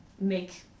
make